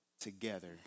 together